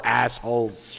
assholes